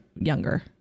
younger